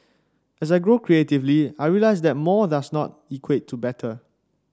as I grow creatively I realise that more does not equate to better